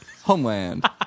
Homeland